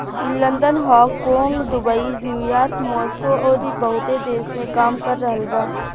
ई London, Hong Kong, Dubai, New York, Moscow अउरी बहुते देश में काम कर रहल बा